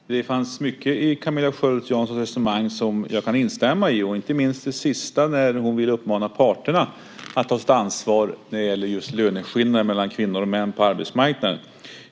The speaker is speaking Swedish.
Fru talman! Det fanns mycket i Camilla Sköld Janssons resonemang som jag kan instämma i, och inte minst det sista när hon vill uppmana parterna att ta sitt ansvar när det gäller löneskillnaderna mellan kvinnor och män på arbetsmarknaden.